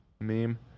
meme